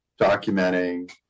documenting